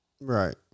Right